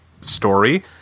story